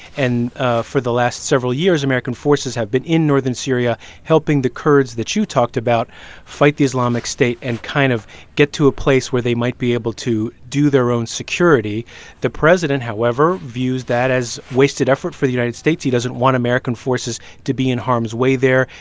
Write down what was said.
and ah for the last several years, american forces have been in northern syria helping the kurds that you talked about fight the islamic state and kind of get to a place where they might be able to do their own security the president, however, views that as wasted effort for the united states. he doesn't want american forces to be in harm's way there,